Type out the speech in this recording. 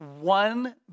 one